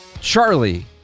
Charlie